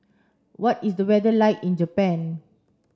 what is the weather like in Japan